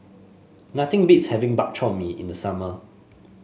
nothing beats having Bak Chor Mee in the summer